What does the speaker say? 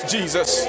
Jesus